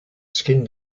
skin